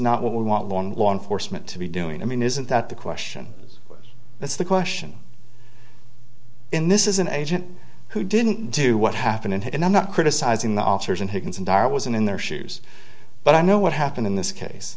not what we want one law enforcement to be doing i mean isn't that the question that's the question in this is an agent who didn't do what happened and i'm not criticizing the officers and higgins and i was in their shoes but i know what happened in this case